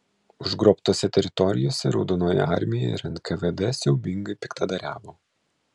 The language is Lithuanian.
užgrobtose teritorijose raudonoji armija ir nkvd siaubingai piktadariavo